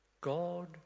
God